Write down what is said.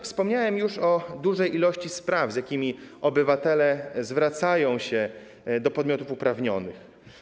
Wspomniałem już o dużej ilości spraw, z jakimi obywatele zwracają się do podmiotów uprawnionych.